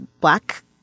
black